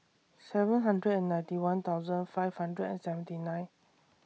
seven hundred and ninety one thousand five hundred and seventy nine